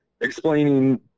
explaining